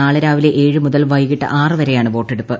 നാളെ രാവിലെ ഏഴ് മുതൽ വൈകിട്ട് ആറ് വരെയാണ് വോട്ടെടുപ്പ്